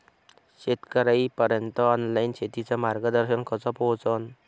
शेतकर्याइपर्यंत ऑनलाईन शेतीचं मार्गदर्शन कस पोहोचन?